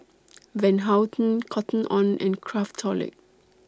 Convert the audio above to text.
Van Houten Cotton on and Craftholic